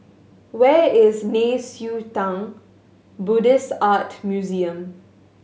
where is Nei Xue Tang Buddhist Art Museum